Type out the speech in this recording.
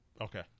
Okay